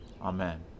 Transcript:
Amen